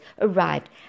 arrived